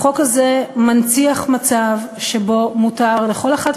החוק הזה מנציח מצב שבו מותר לכל אחת